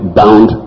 bound